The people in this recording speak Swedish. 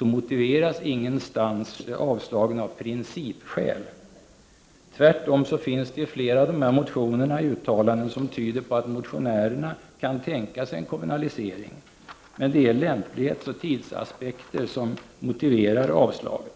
motiveras ingenstans avslagsyrkandena med principskäl. Tvärtom finns det i flera av dessa motioner uttalanden som tyder på att motionärerna kan tänka sig en kommunalisering, men det är lämplighetsoch tidsaspekter som motiverar avstyrkandena.